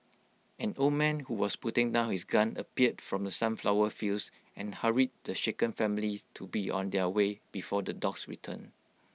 an old man who was putting down his gun appeared from the sunflower fields and hurried the shaken families to be on their way before the dogs return